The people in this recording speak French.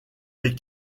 les